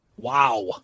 Wow